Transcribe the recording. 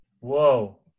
Whoa